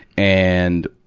and,